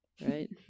Right